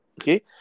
Okay